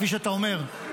כפי שאתה אומר,